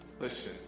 Listen